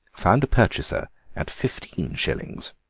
found a purchaser at fifteen shillings.